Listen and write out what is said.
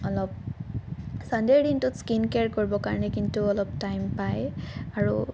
অলপ ছানডে'ৰ দিনটোত স্কিন কেয়াৰ কৰিব কাৰণে কিন্তু অলপ টাইম পায় আৰু